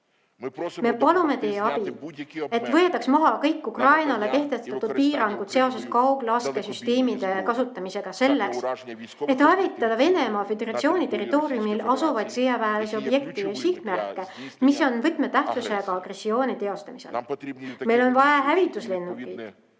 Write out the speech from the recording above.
palume teie abi, et võetaks maha kõik Ukrainale kehtestatud piirangud seoses kauglaskesüsteemide kasutamisega selleks, et hävitada Venemaa Föderatsiooni territooriumil asuvaid sõjaväelisi objekte ja sihtmärke, mis on võtmetähtsusega agressiooni teostamisel. Meil on vaja hävituslennukeid